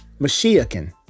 Mashiachin